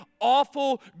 awful